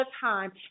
time